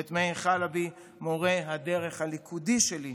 ואת מאיר חלבי, מורה הדרך הליכודי שלי,